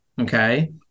Okay